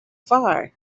far